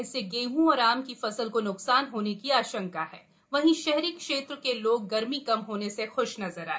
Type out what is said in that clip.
इससे गेंहँ और आम की फसल को न्कसान होने की आशंका है वहीं शहरी क्षेत्र के लोग गर्मी कम होने से ख्श नजर आए